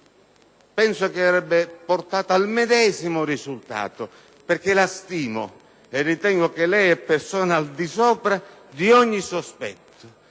però, che avrebbe portato al medesimo risultato, perché la stimo e ritengo che lei sia persona al di sopra di ogni sospetto.